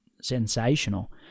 sensational